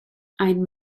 ein